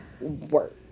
work